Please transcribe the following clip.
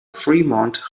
fremont